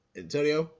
Antonio